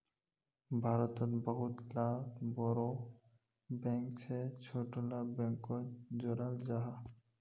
भारतोत बहुत ला बोड़ो बैंक से छोटो ला बैंकोक जोड़ाल जाहा